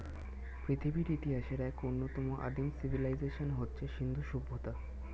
পৃথিবীর ইতিহাসের এক অন্যতম আদিম সিভিলাইজেশন হচ্ছে সিন্ধু সভ্যতা